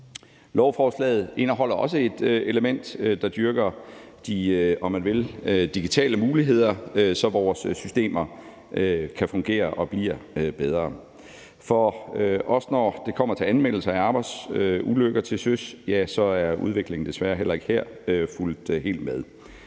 Lovforslaget indeholder også et element, der styrker de, om man vil, digitale muligheder, så vores systemerkan fungere og bliver bedre. For også når det kommer til anmeldelse af arbejdsulykker til søs, er udviklingen desværre heller ikke her fulgt helt med.